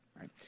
right